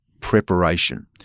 preparation